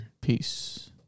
Peace